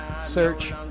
search